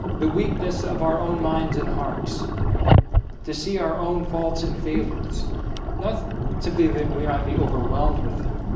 the weakness of our own minds and hearts to see our own faults and failings not simply that we might be overwhelmed with them